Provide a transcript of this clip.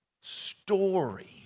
story